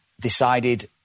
decided